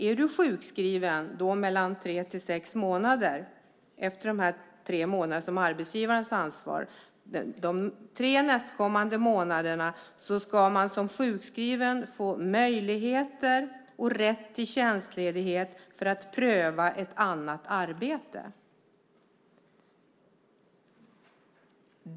Är man sjukskriven efter de tre månader som är arbetsgivarens ansvar ska man som sjukskriven under de tre nästkommande månaderna få möjlighet och rätt till tjänstledighet för att pröva ett annat arbete.